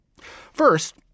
First